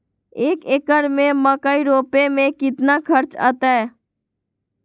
एक एकर में मकई रोपे में कितना खर्च अतै?